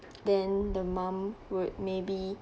then the mom would maybe